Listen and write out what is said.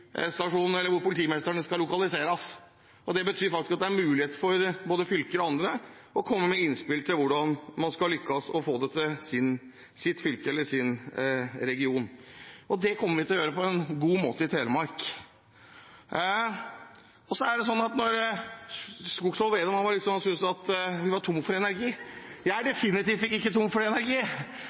skal lokaliseres. Det betyr at det er mulig for både fylker og andre å komme med innspill til hvordan man skal lykkes med å få det til sitt fylke eller til sin region. Og det kommer vi til å gjøre på en god måte i Telemark. Så syntes Slagsvold Vedum at vi er tomme for energi – jeg er definitivt ikke tom for energi. Jeg har veldig mye energi